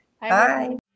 Bye